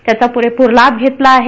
त्याचा पुरेपूर लाभ घेतला आहे